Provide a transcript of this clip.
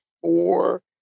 four